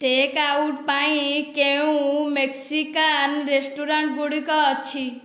takeout ପାଇଁ କେଉଁ Mexican restaurant ଗୁଡ଼ିକ ଅଛି